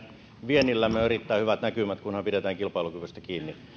viennillämme on erittäin hyvät näkymät kunhan pidetään kilpailukyvystä kiinni